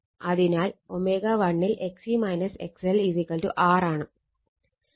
അതിനാൽ ω1 ൽ XC XL R എന്നാണ്